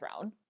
throne